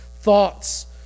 thoughts